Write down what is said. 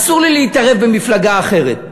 אסור לי להתערב במפלגה אחרת.